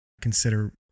consider